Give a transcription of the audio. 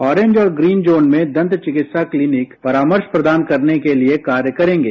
orange और green zone में दंत चिकित्सा क्लीनिक परामर्श प्रदान करने के लिए कार्य करेंगे